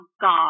God